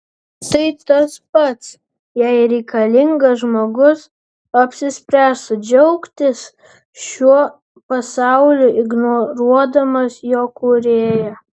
tai tas pats jei religingas žmogus apsispręstų džiaugtis šiuo pasauliu ignoruodamas jo kūrėją